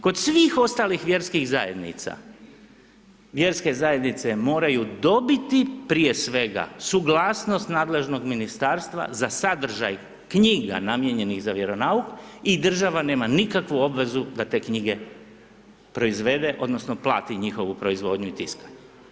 Kod svih ostalih vjerskih zajednica, vjerske zajednice moraju dobiti prije svega suglasnost nadležnog ministarstva za sadržaj knjiga namijenjenih za vjeronauk i država nema nikakvu obvezu da te knjige proizvede odnosno plati njihovu proizvodnju i tiskanje.